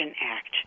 Act